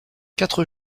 quatre